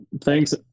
thanks